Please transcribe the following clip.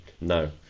No